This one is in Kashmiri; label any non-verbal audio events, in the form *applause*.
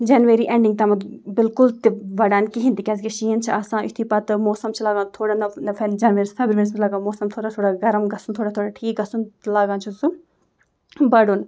جَنؤری اٮ۪نڈِنٛگ تامَتھ بِلکُل تہِ بڑان کِہیٖنۍ تہِ کیٛازِکہِ شیٖن چھِ آسان یُتھٕے پتہٕ موسَم چھِ لاگان تھوڑا *unintelligible* فیبَرؤرِیَس منٛز لگان موسَم تھوڑا تھوڑا گرم گژھُن تھوڑا تھوڑا ٹھیٖک گژھُن لاگان چھِ سُہ بَڑُن